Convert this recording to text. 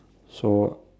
so